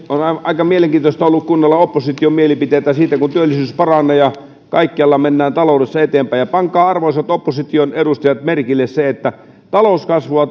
aika mielenkiintoista ollut kuunnella opposition mielipiteitä siitä kun työllisyys paranee ja kaikkialla mennään taloudessa eteenpäin pankaa arvoisat opposition edustajat merkille se että talouskasvua